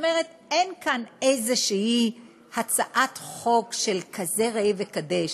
כלומר אין כאן איזושהי הצעת חוק של כזה ראה וקדש,